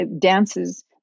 dances